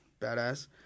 Badass